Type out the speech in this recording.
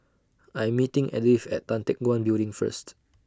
I'm meeting Edyth At Tan Teck Guan Building First